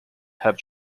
have